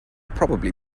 probably